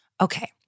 Okay